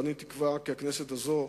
ואני תקווה כי הכנסת הזאת,